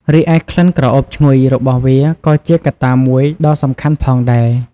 រីឯ ក្លិនក្រអូបឈ្ងុយ របស់វាក៏ជាកត្តាមួយដ៏សំខាន់ផងដែរ។